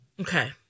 Okay